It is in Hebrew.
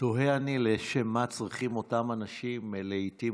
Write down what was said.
תוהה לשם מה צריכים אותם אנשים לעיתים